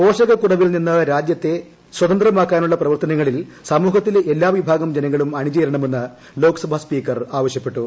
പോഷക കുറവിൽ നിന്ന് രാജ്യത്തെ സ്വതന്ത്രമാക്കാനുള്ള പ്രവർത്തനങ്ങളിൽ സമൂഹത്തിലെ എല്ലാ വിഭാഗം ജനങ്ങളും അണിചേരണമെന്ന് ലോക്സഭാ സ്പീക്കർ ആവശ്യപ്പെട്ടു